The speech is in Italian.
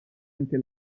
anche